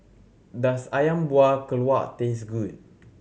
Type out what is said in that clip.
does Ayam Buah Keluak taste good